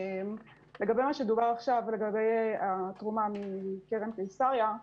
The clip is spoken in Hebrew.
לגבי מה שנאמר עכשיו על התרומה מקרן קיסריה.